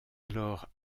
alors